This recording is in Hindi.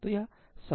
तो यह अब संभव है